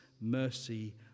mercy